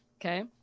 Okay